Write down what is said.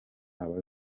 aba